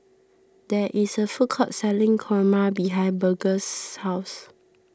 there is a food court selling Kurma behind Burgess' house